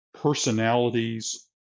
personalities